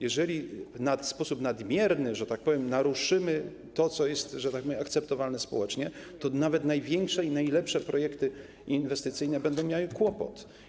Jeżeli w sposób nadmierny, że tak powiem, naruszymy to, co jest akceptowalne społecznie, to nawet największe i najlepsze projekty inwestycyjne będą miały kłopot.